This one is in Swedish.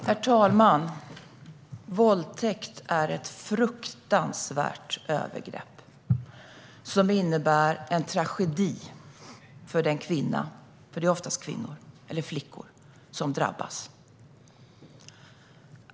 Herr talman! Våldtäkt är ett fruktansvärt övergrepp som innebär en tragedi för den kvinna som drabbas, för det är oftast kvinnor eller flickor som drabbas.